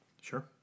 Sure